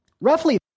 Roughly